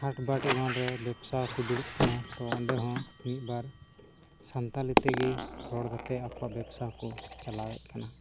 ᱦᱟᱴ ᱵᱟᱴ ᱮᱢᱟᱱ ᱨᱮ ᱵᱮᱵᱽᱥᱟ ᱠᱚ ᱫᱩᱲᱩᱵ ᱠᱟᱱᱟ ᱚᱸᱰᱮ ᱦᱚᱸ ᱢᱤᱫ ᱵᱟᱨ ᱥᱟᱱᱛᱟᱲᱤ ᱛᱮᱜᱮ ᱨᱚᱲ ᱠᱟᱛᱮᱫ ᱟᱠᱚᱣᱟᱜ ᱵᱮᱵᱽᱥᱟ ᱠᱚ ᱪᱟᱞᱟᱣᱮᱫ ᱠᱟᱱᱟ